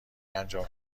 انجام